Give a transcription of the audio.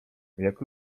jak